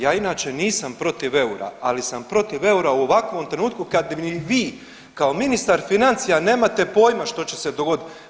Ja inače nisam protiv eura, ali sam protiv eura u ovakvom trenutku kad ni vi kao ministar financija nemate pojma što će se dogoditi.